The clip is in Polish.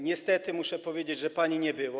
Niestety muszę powiedzieć, że pani nie było.